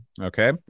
Okay